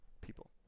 people